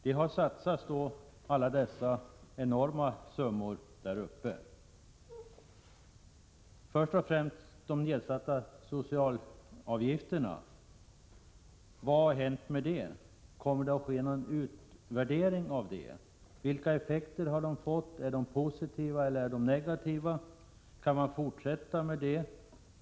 Enorma summor har satsats på Norrbotten; först och främst nedsättningen av socialavgifterna. Vilket har resultatet blivit? Kommer någon utvärdering att göras av detta? Vilka effekter har detta fått? Är de positiva eller negativa? Kan man fortsätta på den vägen?